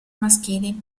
maschili